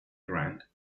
grand